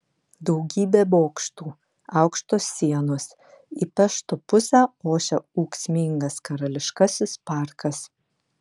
daugybė bokštų aukštos sienos į pešto pusę ošia ūksmingas karališkasis parkas